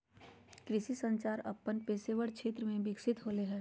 कृषि संचार अपन पेशेवर क्षेत्र में विकसित होले हें